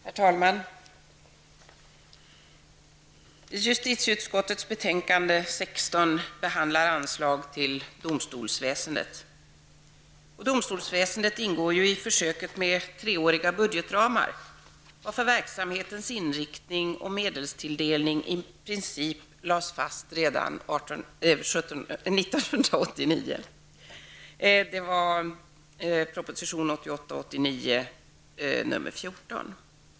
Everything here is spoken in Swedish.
Herr talman! Justitieutskottets betänkande JuU16 behandlar anslag till domstolsväsendet. Domstolsväsendet ingår ju i försöket med treåriga budgetramar, varför verksamhetens inriktning och medelstilldelning i princip lades fast redan 1989. 1988/89:JuU14.